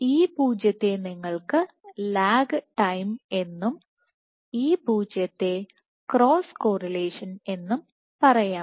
ഈ പൂജ്യത്തെ നിങ്ങൾക്ക് ലാഗ് ടൈം എന്നും ഈ പൂജ്യത്തെ ക്രോസ് കോറിലേഷൻ എന്നും പറയാം